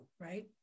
right